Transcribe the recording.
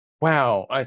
wow